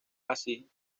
así